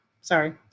Sorry